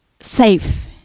Safe